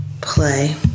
play